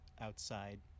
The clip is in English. outside